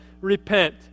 repent